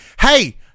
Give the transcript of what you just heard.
hey